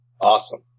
Awesome